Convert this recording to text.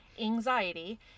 anxiety